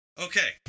Okay